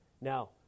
Now